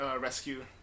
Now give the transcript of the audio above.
rescue